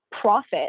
profit